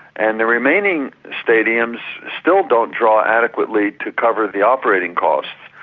and the remaining stadiums still don't draw adequately to cover the operating costs.